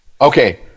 Okay